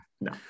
No